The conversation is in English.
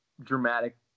dramatic